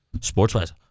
Sports-wise